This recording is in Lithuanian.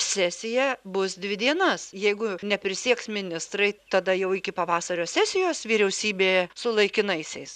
sesija bus dvi dienas jeigu neprisieks ministrai tada jau iki pavasario sesijos vyriausybė su laikinaisiais